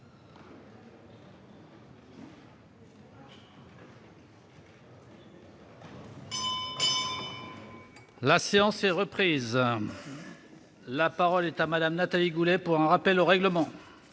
La séance est reprise. La parole est à Mme Nathalie Goulet, pour un rappel au règlement.